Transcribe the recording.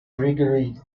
grigory